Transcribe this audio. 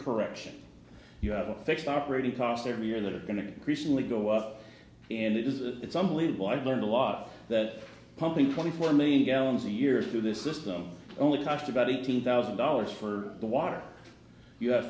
correction you have a fixed operating cost every year that are going to increasingly go up and it is it's unbelievable i've learned a lot of that pumping twenty four million gallons a year through this system only cost about eighteen thousand dollars for the water you have